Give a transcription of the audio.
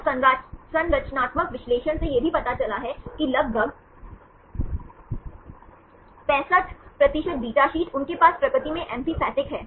तो संरचनात्मक विश्लेषण से यह भी पता चला है कि लगभग 65 प्रतिशत बीटा शीट उनके पास प्रकृति में एम्फीपैथिक है